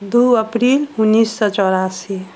दू अप्रिल उन्नैस सए चौरासी